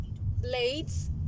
blades